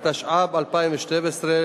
התשע"ב 2012,